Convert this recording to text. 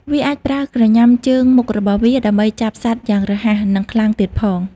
វាអាចប្រើក្រញាំជើងមុខរបស់វា ដើម្បីចាប់សត្វយ៉ាងរហ័ស និងខ្លាំងទៀតផង។